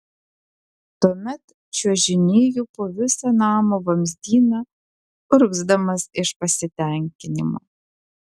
tuomet čiuožinėju po visą namo vamzdyną urgzdamas iš pasitenkinimo